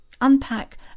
unpack